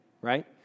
right